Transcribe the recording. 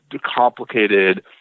complicated